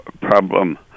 problem